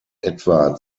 etwa